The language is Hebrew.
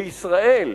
בישראל,